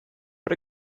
but